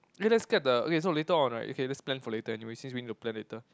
eh let's get the okay so later on right okay let's plan for later anyway since we need to plan later